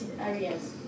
areas